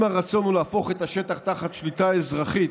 אם הרצון הוא להפוך את השטח לתחת שליטה אזרחית,